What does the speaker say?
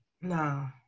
no